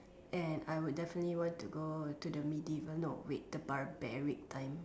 and I would definitely want to go to the medieval no wait the barbaric time